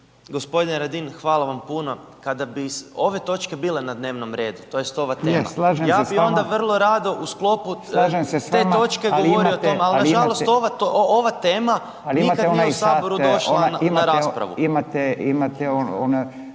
Gospodine Radin hvala vam puno. Kada bi ove točke bile na dnevnom redu tj. tema …/Upadica: Je slažem se s vama …/… ja bi onda vrlo rado u sklopu te točke govorio, ali nažalost ova tema nikad nije u saboru došla na raspravu. **Radin,